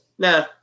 Nah